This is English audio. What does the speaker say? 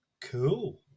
Cool